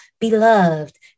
beloved